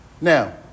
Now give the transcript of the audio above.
Now